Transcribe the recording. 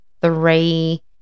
three